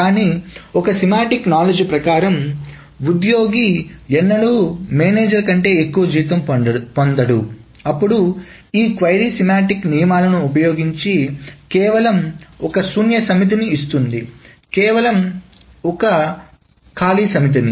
కానీఒక semantic knowledge ప్రకారము ఉద్యోగి ఎన్నడూ మేనేజర్ కంటే ఎక్కువ జీతం పొందడుఅప్పుడు ఈ క్వరీ సెమాంటిక్ నియమాలను ఉపయోగించి కేవలం ఒక శూన్య సమితిని ఇస్తుంది కేవలం ఒక ఖాళీ సమితిని